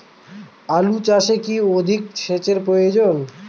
আলু চাষে কি অধিক সেচের প্রয়োজন?